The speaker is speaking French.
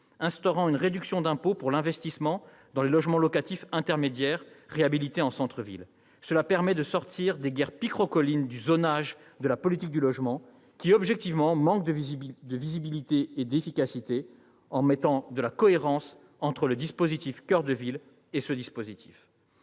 instaurant une réduction d'impôt pour l'investissement dans les logements locatifs intermédiaires réhabilités en centres-villes. Cela permet de sortir des guerres picrocholines du zonage de la politique du logement, qui, objectivement, manque de lisibilité et d'efficacité. Cela permet également de mettre de la cohérence entre le dispositif « Action coeur de ville » et ce dispositif.